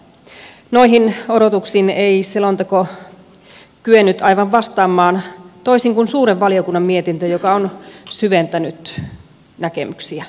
noihin odotuksiin ei selonteko kyennyt aivan vastaamaan toisin kuin suuren valiokunnan mietintö joka on syventänyt näkemyksiä